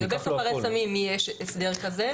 לגבי סוחרי סמים יש הסדר כזה.